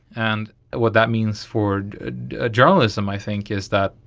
and what that means for journalism i think is that,